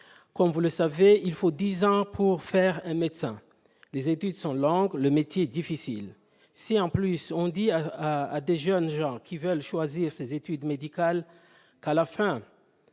Comme vous le savez, il faut dix ans pour faire un médecin. Les études sont longues, le métier difficile. Si, en plus, on dit à des jeunes gens qui veulent choisir les études médicales qu'à la fin